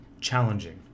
challenging